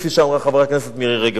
כפי שאמרה חברת הכנסת מירי רגב.